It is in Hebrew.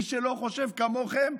מי שלא חושב כמוכם,